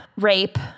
rape